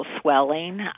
swelling